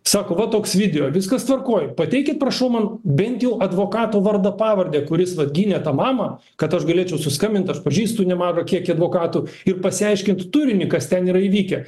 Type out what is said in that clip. sako va toks video viskas tvarkoj pateikit prašau man bent jau advokato vardą pavardę kuris vat gynė tą mamą kad aš galėčiau susiskambint aš pažįstu nemažą kiekį advokatų ir pasiaiškint turinį kas ten yra įvykę